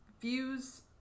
views